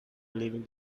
leaving